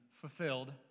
fulfilled